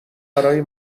برای